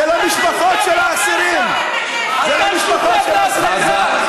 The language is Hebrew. זה למשפחות של האסירים, זה למשפחות של אסירים.